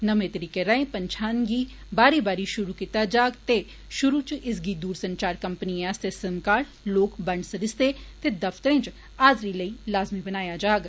नमें तरीके राए पंछान गी बारी बारी शुरु कीता जाग ते शुरु च इसगी दूर संचार कम्पनिएं आस्तै सिम कार्ड लाके बंड सरिस्ते ते दफतरै च हाजरी लेई लाज़मी बनाया जाग